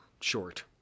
short